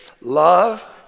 Love